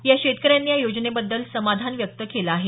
या शेतकऱ्यांनी या योजनेबद्दल समाधान व्यक्त केलं आहे